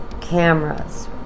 cameras